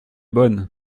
bonne